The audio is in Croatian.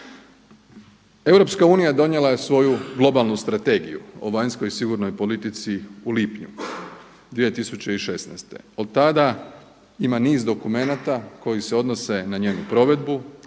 troškova. EU donijela je svoju globalnu strategiju o vanjskoj i sigurnoj politici u lipnju 2016. od tada ima niz dokumenata koji se odnose na njenu provedbu,